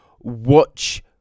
watch